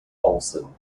olson